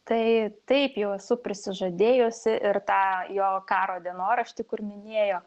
tai taip jau esu prisižadėjusi ir tą jo karo dienoraštį kur minėjo